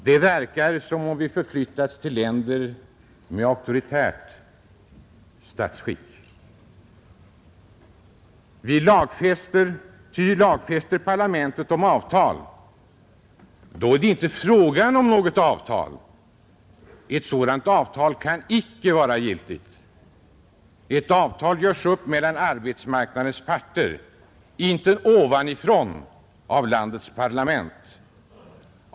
Det verkar som om vi förflyttats till länder med auktoritärt statsskick. Ty lagfäster parlamentet om avtal, är det inte fråga om något avtal, ett sådant ”avtal” kan inte vara giltigt. Ett avtal göres ju upp mellan arbetsmarknadens parter, inte ovanifrån av landets parlament.